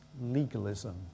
legalism